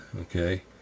okay